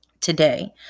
today